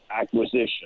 acquisition